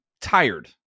tired